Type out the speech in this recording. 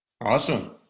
awesome